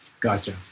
Gotcha